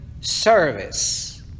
service